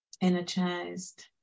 Energized